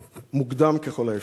ומוקדם ככל האפשר.